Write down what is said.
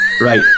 Right